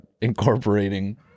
incorporating